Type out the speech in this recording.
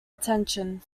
attention